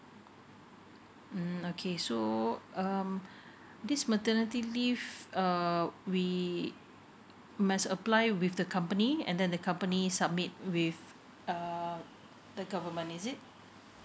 mm okay so um this maternity leave um we must apply with the company and then the company submit with uh the government is it